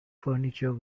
furniture